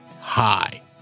hi